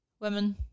women